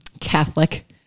Catholic